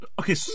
Okay